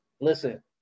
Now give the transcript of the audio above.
Listen